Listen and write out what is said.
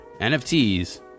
NFTs